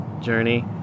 journey